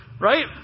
right